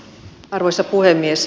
arvoisa puhemies